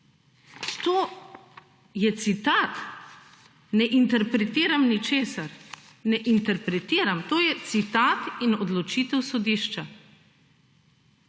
To je citat. Ne interpretiram ničesar. Ne interpretiram, to je citat in odločitev sodišča.